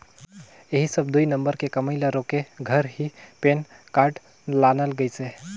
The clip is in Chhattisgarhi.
ऐही सब दुई नंबर के कमई ल रोके घर ही पेन कारड लानल गइसे